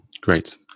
Great